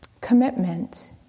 commitment